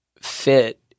fit